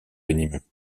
venimeux